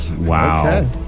Wow